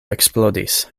eksplodis